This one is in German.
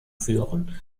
führen